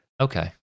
okay